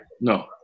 No